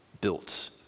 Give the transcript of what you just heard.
built